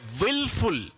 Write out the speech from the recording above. willful